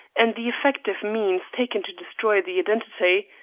and the effective means taken to destroy the identity,